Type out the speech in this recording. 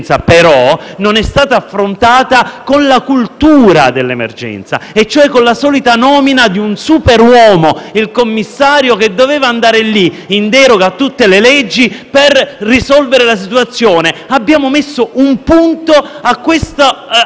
però, non è stata affrontata con la cultura dell'emergenza, cioè con la solita nomina di un superuomo, il commissario, che mandato lì, in deroga a tutte le leggi, avrebbe dovuto risolvere la situazione. Abbiamo messo un punto a questo